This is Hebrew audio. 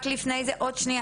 רק לפני זה עוד שנייה,